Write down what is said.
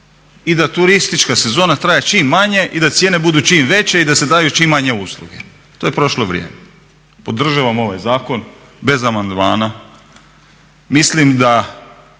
I da turistička sezona traje čim manje i da cijene budu čim veće i da se daju čim manje usluge. To je prošlo vrijeme. Podržavam ovaj zakon bez amandmana. Mislim da